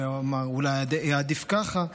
ואולי היה עדיף ככה,